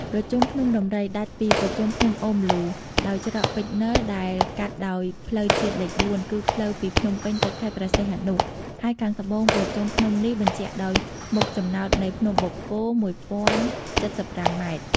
ប្រជុំភ្នំដំរី ដាច់ពីប្រជុំភ្នំអូរម្លូដោយច្រកពេជ្រនិល ដែលកាត់ដោយផ្លូវជាតិលេខ ៤ គឺ ផ្លូវពីភ្នំពេញទៅខេត្តព្រះសីហនុ ហើយខាងត្បូងប្រជុំភ្នំនេះបញ្ចប់ដោយមុខចំណោតនៃភ្នំបូកគោ១០៧៥ ម៉ែត្រ ។